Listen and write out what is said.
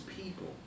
people